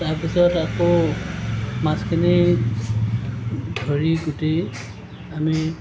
তাৰপিছত আকৌ মাছখিনি ধৰি উঠি আমি